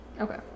Okay